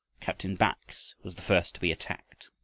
captain bax was the first to be attacked.